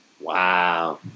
Wow